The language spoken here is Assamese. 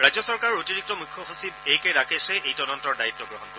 ৰাজ্য চৰকাৰৰ অতিৰিক্ত মুখ্য সচিব এ কে ৰাকেশে এই তদন্তৰ দায়িত্ব গ্ৰহণ কৰিব